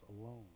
alone